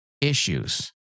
issues